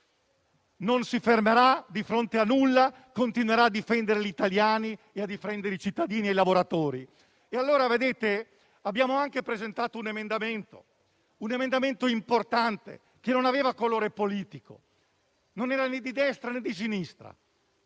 Non si fermerà di fronte a nulla e continuerà a difendere gli italiani, a difendere i cittadini e i lavoratori. Abbiamo anche presentato un emendamento importante, che non aveva colore politico, non era né di destra, né di sinistra.